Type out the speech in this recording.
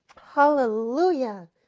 Hallelujah